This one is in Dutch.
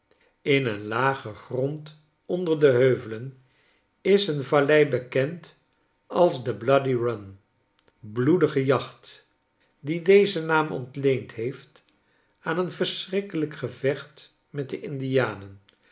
in een lagen grond onder de heuvelen is een vallei bekend als de bloody run bloedige jacht die dezen naam ontleend heeft aan een verschrikkelijk gevecht met de indianen